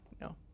No